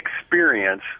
experience